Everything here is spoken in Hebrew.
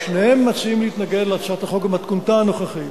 שניהם מציעים להתנגד להצעת החוק במתכונתה הנוכחית.